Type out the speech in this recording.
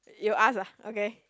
you ask lah okay